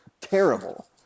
terrible